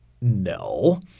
No